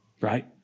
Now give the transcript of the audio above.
right